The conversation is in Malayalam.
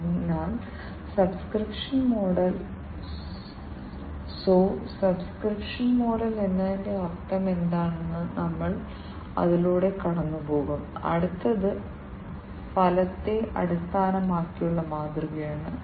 അപ്പോൾ ശരിയായ കാലിബ്രേഷൻ രീതികൾ ഉപയോഗിക്കേണ്ടിവരും ആവശ്യമെങ്കിൽ ചിലപ്പോൾ സംഭവിക്കുന്നത് ചില സെൻസറുകൾ കാലക്രമേണ അതേ രീതിയിൽ പെരുമാറുന്നില്ല എന്നതാണ്